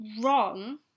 wrong